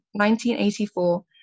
1984